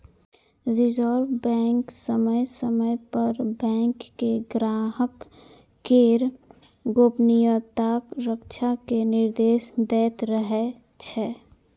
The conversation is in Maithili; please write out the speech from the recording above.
रिजर्व बैंक समय समय पर बैंक कें ग्राहक केर गोपनीयताक रक्षा के निर्देश दैत रहै छै